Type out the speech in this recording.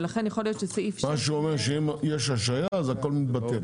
ולכן יכול להיות שסעיף 6. מה שאומר שאם יש השהייה אז הכל מתבטל?